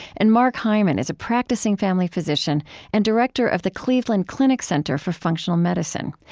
and mark hyman is a practicing family physician and director of the cleveland clinic center for functional medicine.